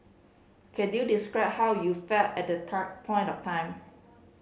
can you describe how you felt at point of time